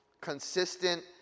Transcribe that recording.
consistent